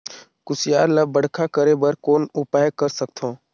कुसियार ल बड़खा करे बर कौन उपाय कर सकथव?